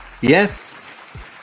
Yes